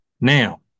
Now